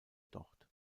dort